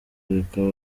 bikaba